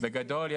בגדול,